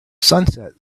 sunset